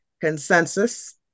consensus